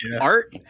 art